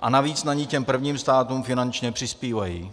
a navíc na ni těm prvním státům finančně přispívají.